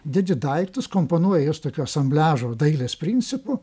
dedi daiktus komponuoji juos tokio asambliažo dailės principu